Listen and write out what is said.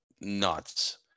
nuts